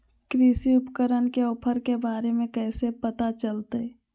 कृषि उपकरण के ऑफर के बारे में कैसे पता चलतय?